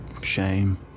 shame